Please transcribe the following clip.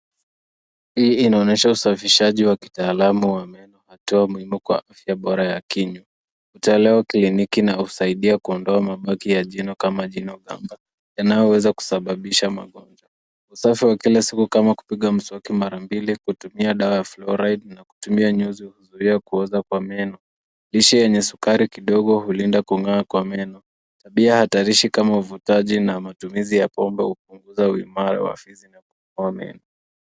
Hii inaonesha usafishaji wa kitaalamu wa meno, hatua muhimu kwa afya bora ya kinywa. Utaleo kiliniki unausaidia kuondoa mabaki ya jino kama jino yanayoweza kusababisha magonjwa. Usafi wa kila siku kama kupiga mswaki mara mbili, kutumia dawa ya floride na kutumia nyuzi huzuia kuoza kwa meno. Lishe yenye sukari kidogo hulinda kung'aa kwa meno. Tabia hatarishi kama uvutaji na matumizi ya pombe hupunguza uimara wa fizi na uimara wa meno.